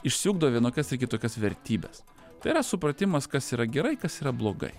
išsiugdo vienokias ar kitokias vertybes tai yra supratimas kas yra gerai kas yra blogai